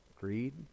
Greed